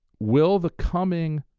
will the coming